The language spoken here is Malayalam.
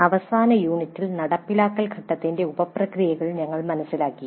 കഴിഞ്ഞ യൂണിറ്റിൽ നടപ്പിലാക്കൽ ഘട്ടത്തിന്റെ ഉപപ്രക്രിയകൾ ഞങ്ങൾ മനസ്സിലാക്കി